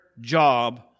job